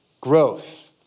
growth